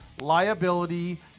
liability